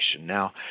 Now